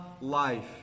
life